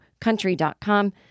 Country.com